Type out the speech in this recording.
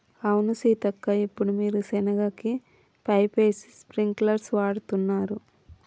అవును సీతక్క ఇప్పుడు వీరు సెనగ కి పైపేసి స్ప్రింకిల్స్ వాడుతున్నారు